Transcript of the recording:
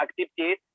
activities